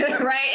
Right